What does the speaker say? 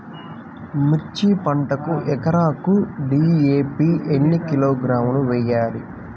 మిర్చి పంటకు ఎకరాకు డీ.ఏ.పీ ఎన్ని కిలోగ్రాములు వేయాలి?